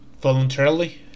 voluntarily